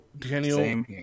Daniel